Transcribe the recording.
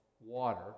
water